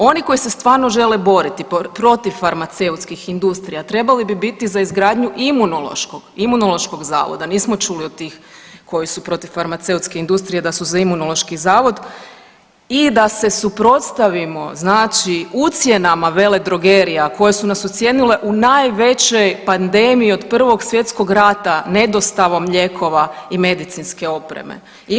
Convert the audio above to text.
Oni koji se stvarno žele boriti protiv farmaceutskih industrija trebali bi biti za izgradnju imunološkog, Imunološkog zavoda, nismo čuli od tih koji su protiv farmaceutske industrije da su za Imunološki zavod i da se suprotstavimo znači ucjenama veledrogerija koje su nas ucijenile u najvećoj pandemiji od Prvog svjetskog rata ne dostavom lijekova i medicinske opreme.